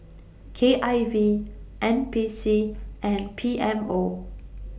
K I V N P C and P M O